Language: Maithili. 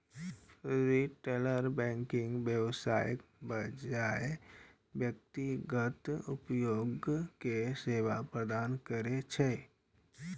रिटेल बैंकिंग व्यवसायक बजाय व्यक्तिगत उपभोक्ता कें सेवा प्रदान करै छै